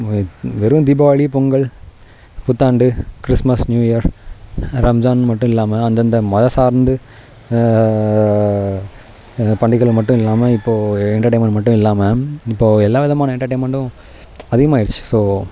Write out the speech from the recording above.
வெறும் தீபாவளி பொங்கல் புத்தாண்டு Christmas new year Ramzan மட்டுமில்லாம அந்தந்த மதம் சார்ந்து பண்டிகையில மட்டும் இல்லாமல் இப்போது என்டேர்டைமென்ட் மட்டும் இல்லாமல் இப்போது எல்லா விதமான என்டேர்டைமென்ட்டும் அதிகமாக ஆயிடுச்சு ஸோ